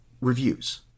Reviews